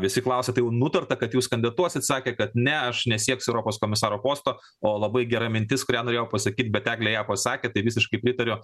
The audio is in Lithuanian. visi klausia tai jau nutarta kad jūs kandidatuosit sakė kad ne aš nesieksiu europos komisaro posto o labai gera mintis kurią norėjau pasakyt bet ėglė ją pasakė tai visiškai pritariu